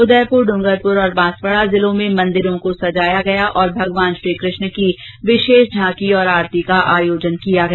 उदयपुर ड्रंगरपुर तथा बांसवाड़ा जिलों में मंदिरों को सजाया गया तथा भगवान श्रीकृष्ण की विशेष झांकी तथा आरती का आयोजन किया गया